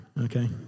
Okay